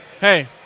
Hey